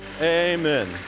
Amen